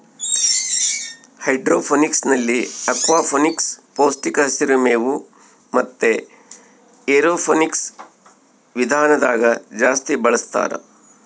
ಹೈಡ್ರೋಫೋನಿಕ್ಸ್ನಲ್ಲಿ ಅಕ್ವಾಫೋನಿಕ್ಸ್, ಪೌಷ್ಟಿಕ ಹಸಿರು ಮೇವು ಮತೆ ಏರೋಫೋನಿಕ್ಸ್ ವಿಧಾನದಾಗ ಜಾಸ್ತಿ ಬಳಸ್ತಾರ